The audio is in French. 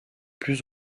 plus